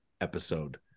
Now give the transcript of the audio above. episode